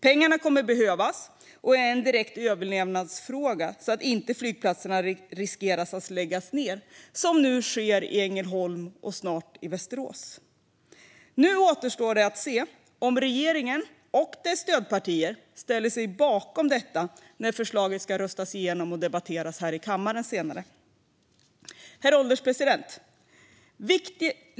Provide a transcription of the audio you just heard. Pengarna kommer att behövas och är en direkt överlevnadsfråga, så att inte flygplatserna riskerar att läggas ned, som nu sker i Ängelholm och snart i Västerås. Nu återstår det att se om regeringen och dess stödpartier även ställer sig bakom detta när förslaget ska debatteras och röstas om här i kammaren senare. Herr ålderspresident!